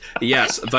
yes